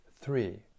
three